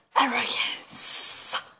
arrogance